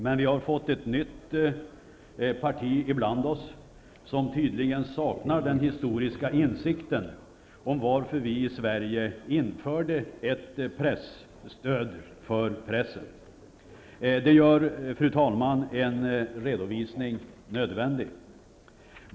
Men vi har fått ett nytt parti bland oss, som tydligen saknar den historiska insikten om varför vi i Sverige införde ett stöd till dagspressen. Det gör en redovisning nödvändig.